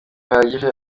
bihagije